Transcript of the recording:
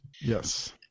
Yes